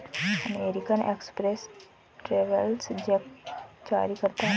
American Express travellers cheque जारी करता है